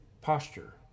posture